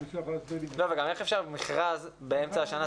גם איך אפשר מכרז באמצע השנה?